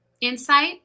insight